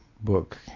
book